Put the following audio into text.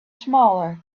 smaller